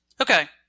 okay